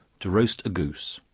to roast a goose.